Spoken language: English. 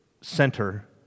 center